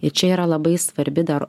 i čia yra labai svarbi dar